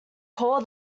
call